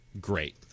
great